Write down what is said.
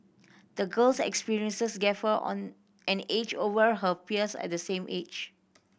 the girl's experiences gave her on an edge over her peers at the same age